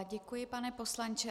Děkuji, pane poslanče.